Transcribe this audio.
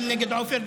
גם נגד עופר,